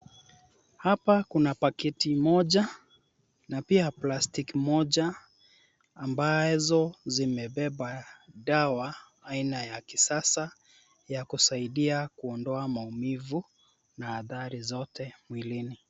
Hapa kuna paketi moja na pia plastiki moja ambazo zimebeba dawa aina ya kisasa ya kusaidia kuondoa maumivu na hathari zote mwilini.